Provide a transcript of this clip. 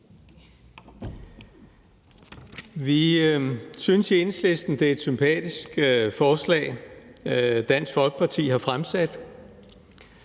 Vi synes i Enhedslisten, at det er et sympatisk forslag, Dansk Folkeparti har fremsat.